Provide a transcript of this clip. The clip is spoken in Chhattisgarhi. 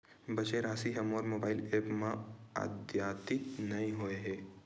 बचे राशि हा मोर मोबाइल ऐप मा आद्यतित नै होए हे